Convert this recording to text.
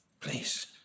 please